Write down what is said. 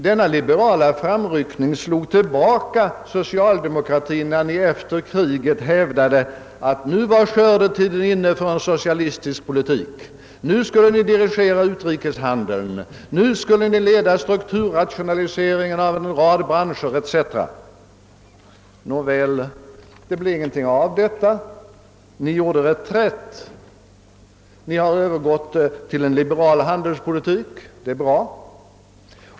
Vår liberala framryckning slog tillbaka socialdemokraterna när ni efter kriget hävdade att skördetiden var inne för en socialistisk politik; ni skulle dirigera utrikeshandeln, låta staten leda strukturrationaliseringen för en rad branscher, förstatliga etc. Nåväl, det blev ingenting av detta. Ni fick slå till reträtt och bl.a. övergå till en liberal handelspolitik. Det är bra.